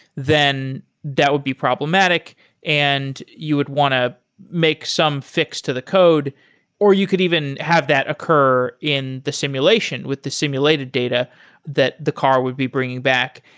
then that would be problematic and you would want to make some fix to the code or you could even have that occur in the simulation with the simulated data that the car would be bringing back.